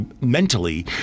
mentally